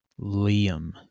Liam